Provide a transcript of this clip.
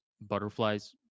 butterflies